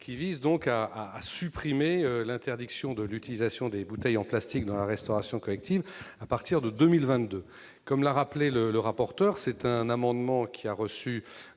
visent à supprimer l'interdiction de l'utilisation des bouteilles en plastique dans la restauration collective à partir de 2022. Comme l'a expliqué le rapporteur pour avis, ces amendements ont reçu